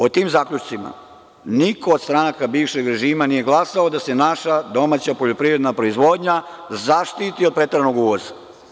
O tim zaključcima niko od stranaka bivšeg režima nije glasao da se naša domaća poljoprivredna proizvodnja zaštiti od preteranog uvoza.